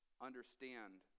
understand